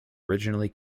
originally